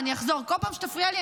אז אני לא פונה אליך, אל תפריע לי.